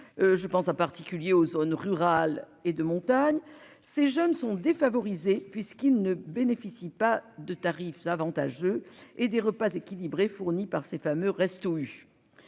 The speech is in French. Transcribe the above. Je pense en particulier aux zones rurales et de montagne. Ces jeunes sont défavorisés puisqu'ils ne bénéficient pas de tarifs avantageux et des repas équilibrés fournis par ces fameux resto U.